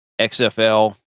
xfl